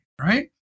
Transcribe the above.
right